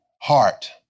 heart